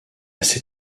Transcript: ces